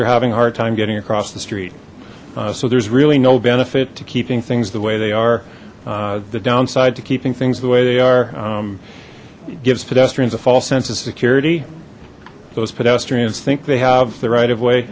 are having a hard time getting across the street so there's really no benefit to keeping things the way they are the downside to keeping things the way they are it gives pedestrians a false sense of security those pedestrians think they have the right of way